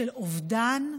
של אובדן.